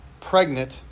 pregnant